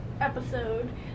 episode